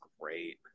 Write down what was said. great